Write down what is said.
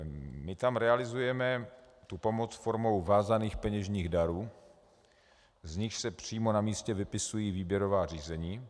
My tam realizujeme pomoc formou vázaných peněžních darů, z nichž se přímo na místě vypisují výběrová řízení.